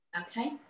Okay